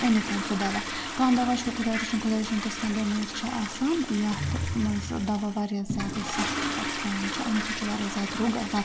أنِتھ سُہ دَوا کانٛہہ دَوا چھُ خۄداے رٔچھِن خۄداے رٔچھِن تِژھ کانٛہہ بیٚمٲرۍ چھِ آسان یَتھ مَنٛز ٲں دَوا واریاہ زیادٕ سَخت اسہِ پیٚوان چھُ اَنُن سُہ چھُ واریاہ زیادٕ دروٚگ آسان